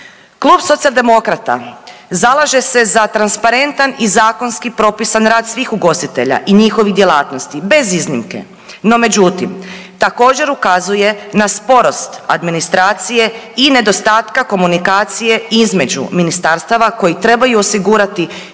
Klub Socijaldemokrata zalaže se za transparentan i zakonski propisan rad svih ugostitelja i njihovih djelatnosti bez iznimke. No međutim, također ukazuje na sporost administracije i nedostatka komunikacije između ministarstava koji trebaju osigurati